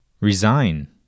Resign